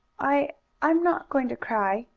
i i'm not going to cry,